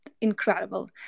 incredible